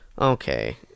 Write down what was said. Okay